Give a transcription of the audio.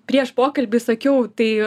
prieš pokalbį sakiau tai